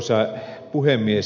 arvoisa puhemies